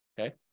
Okay